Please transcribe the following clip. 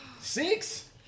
Six